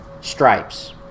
stripes